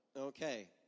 Okay